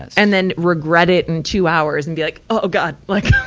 and then regret it in two hours and be like, oh god! like,